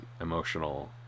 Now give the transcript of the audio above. emotional